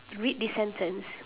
read this sentence